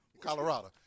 Colorado